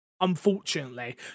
unfortunately